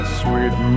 sweet